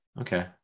Okay